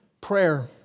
prayer